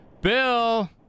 Bill